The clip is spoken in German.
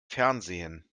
fernsehen